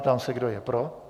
Ptám se, kdo je pro.